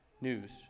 news